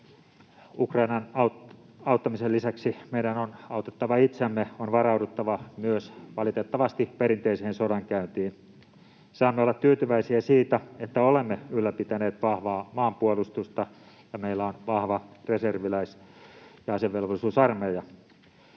Ukrainan auttamisen lisäksi meidän on autettava itseämme. On varauduttava myös — valitettavasti — perinteiseen sodankäyntiin. Saamme olla tyytyväisiä siitä, että olemme ylläpitäneet vahvaa maanpuolustusta ja meillä on vahva reserviläis- ja asevelvollisuusarmeija.